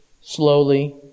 slowly